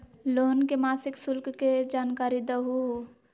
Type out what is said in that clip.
Loan के मासिक शुल्क के जानकारी दहु हो?